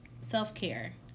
self-care